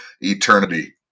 eternity